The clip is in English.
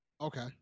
Okay